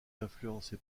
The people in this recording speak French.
influencé